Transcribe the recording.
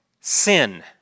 Sin